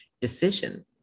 decision